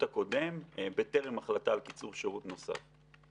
הקודם בטרם החלטה על קיצור שירות נוסף.